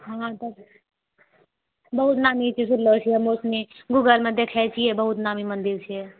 हँ तब बहुत नामी छै सुनलो छियै बहुत नीक गूगल मे देखै छियै बहुत नामी मन्दिर छै